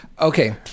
Okay